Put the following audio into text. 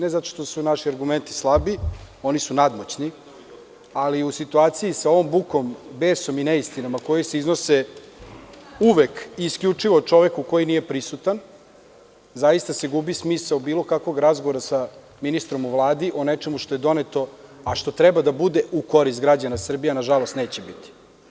Ne zato što su naši argumenti slabi, oni su nadmoćni, ali u situaciji sa ovom bukom, besom i neistinama koje se iznose uvek i isključivo čoveku koji nije prisutan, zaista se gubi smisao bilo kakvog razgovora sa ministrom u Vladi o nečemu što je doneto, a što treba da bude u korist građana Srbije, ali nažalost neće biti.